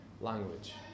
language